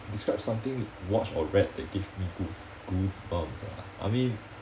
describe something watched or read that give me goose~ goosebumps ah I mean